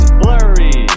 blurry